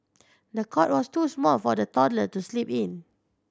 the cot was too small for the toddler to sleep in